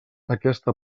aquesta